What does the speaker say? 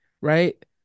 right